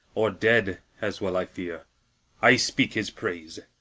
or dead, as well i fear i speak his praise.